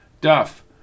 Duff